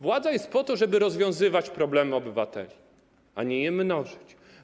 Władza jest po to, żeby rozwiązywać problemy obywateli, a nie je mnożyć.